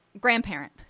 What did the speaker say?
grandparent